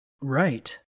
Right